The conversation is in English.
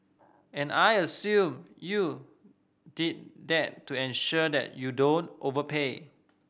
and I assume you did that to ensure that you don't overpay